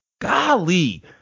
golly